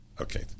Okay